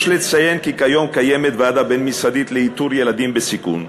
יש לציין כי כיום קיימת ועדה בין-משרדית לאיתור ילדים בסיכון,